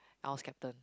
I was captain